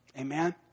Amen